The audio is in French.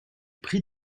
pris